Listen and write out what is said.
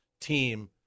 team